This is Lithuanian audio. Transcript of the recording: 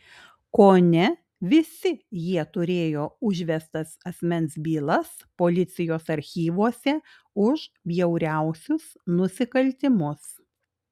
kone visi jie turėjo užvestas asmens bylas policijos archyvuose už bjauriausius nusikaltimus